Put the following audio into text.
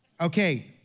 Okay